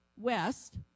west